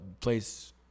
place